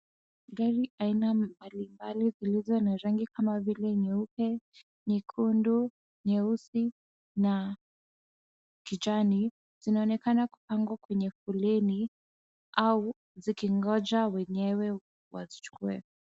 Gari aina mbalimbali zilizo na rangi kama vile nyeupe, nyekundu, nyeusi na kijani, zinaonekana kupangwa kwenye foleni au zikingoja wenyewe wazichukue.